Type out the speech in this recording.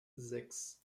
sechs